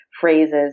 phrases